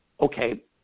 okay